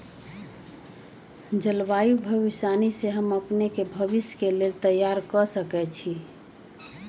जलवायु भविष्यवाणी से हम अपने के भविष्य के लेल तइयार कऽ सकै छी